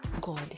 god